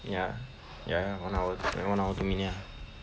ya ya one hour then one hour two minutes ah